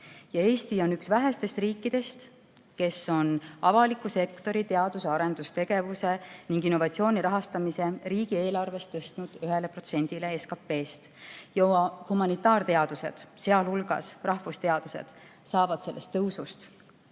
Eesti on üks väheseid riike, kes on avaliku sektori teadus- ja arendustegevuse ning innovatsiooni rahastamise riigieelarvest tõstnud 1%-ni SKT-st. Ja humanitaarteadused, sh rahvusteadused, saavad sellest tõusust